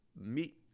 meet